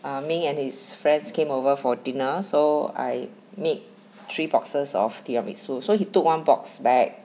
err ming and his friends came over for dinner so I make three boxes of tiramisu so he took one box back